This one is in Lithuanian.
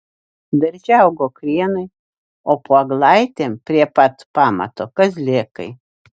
darže augo krienai o po eglaitėm prie pat pamato kazlėkai